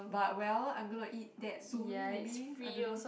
but well I'm gonna eat that soon maybe I don't know